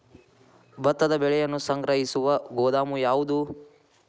ಭತ್ತದ ಬೆಳೆಯನ್ನು ಸಂಗ್ರಹಿಸುವ ಗೋದಾಮು ಯಾವದು?